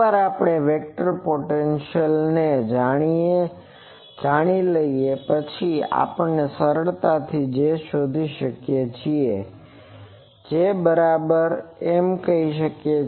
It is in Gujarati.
એકવાર આપણે વેક્ટર પોટેન્સિઅલને જાણી લઈએ પછી આપણે સરળતાથી J શોધી શકીએ જેથી તે થશે આપણે એમ કહી શકીએ